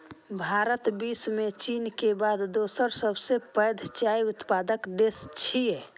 भारत विश्व मे चीन के बाद दोसर सबसं पैघ चाय उत्पादक देश छियै